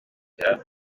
guhemuka